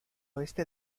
oeste